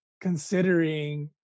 considering